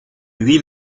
lui